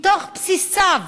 בתוך בסיסיו